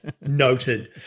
Noted